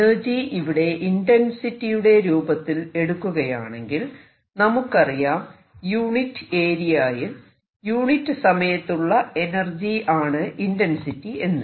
energy ഇവിടെ ഇന്റെൻസിറ്റിയുടെ രൂപത്തിൽ എടുക്കുകയാണെങ്കിൽ നമുക്കറിയാം യൂണിറ്റ് ഏരിയയിൽ യൂണിറ്റ് സമയത്തുള്ള എനർജി ആണ് ഇന്റെൻസിറ്റി എന്ന്